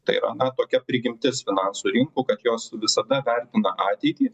tai yra na tokia prigimtis finansų rinkų kad jos visada vertina ateitį